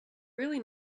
really